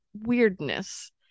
weirdness